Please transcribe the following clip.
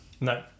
No